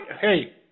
hey